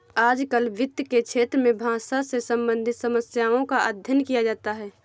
आजकल वित्त के क्षेत्र में भाषा से सम्बन्धित समस्याओं का अध्ययन किया जाता है